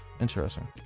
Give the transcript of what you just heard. interesting